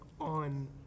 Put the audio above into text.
on